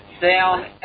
down